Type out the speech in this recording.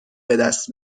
بدست